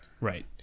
right